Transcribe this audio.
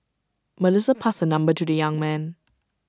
Melissa passed her number to the young man